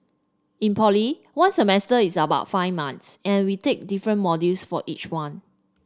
in poly one semester is about five months and we take different modules for each one